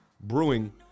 brewing